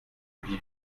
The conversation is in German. küche